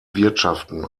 wirtschaften